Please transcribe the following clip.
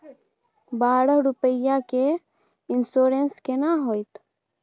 बारह रुपिया के इन्सुरेंस केना होतै?